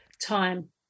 Time